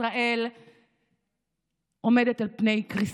ישראל עומדת אל פני קריסה,